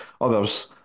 others